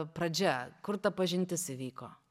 pradžia kur ta pažintis įvyko